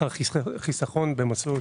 חיסכון במסלול